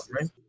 right